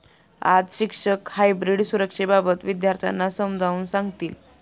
आज शिक्षक हायब्रीड सुरक्षेबाबत विद्यार्थ्यांना समजावून सांगतील